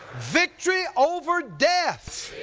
victory over death.